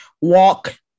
walk